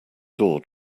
door